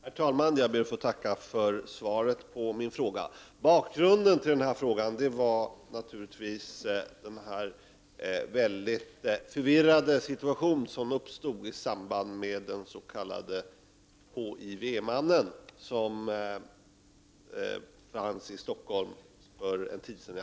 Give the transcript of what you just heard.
Herr talman! Jag ber att få tacka för svaret på min fråga. Bakgrunden till min fråga är naturligtvis den förvirrade situation som uppstod i samband med att den s.k. HIV-mannen fanns i Stockholm för en tid sedan.